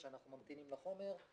אנחנו ממתינים לחומר,